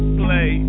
play